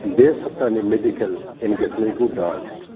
बे सप्तानि मेडिकेल इनगेजमेन्टखौ दान